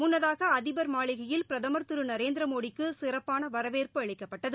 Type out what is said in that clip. முன்னதாக அதிபர் மாளிகையில் பிரதமர் திரு நரேந்திர மோடிக்கு சிறப்பான வரவேற்பு அளிக்கப்பட்டது